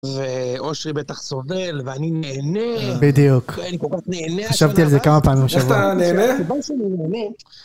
ואושרי בטח סובל ואני נהנה בדיוק אני כל כך נהנה - בדיוק, חשבתי על זה כמה פעמים בשבוע איך אתה נהנה?